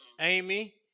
Amy